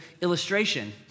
illustration